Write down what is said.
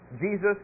Jesus